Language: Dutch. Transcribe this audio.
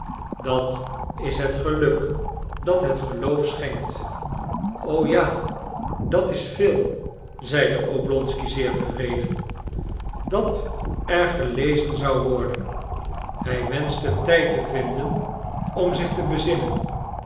dat is het geluk dat het geloof schenkt o ja dat is veel zeide oblonsky zeer tevreden dat er gelezen zou worden hij wenschte tijd te vinden om zich te bezinnen